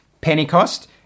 Pentecost